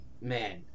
Man